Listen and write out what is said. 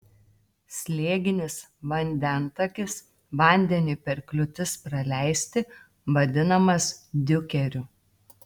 slėginis vandentakis vandeniui per kliūtis praleisti vadinamas diukeriu